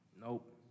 Nope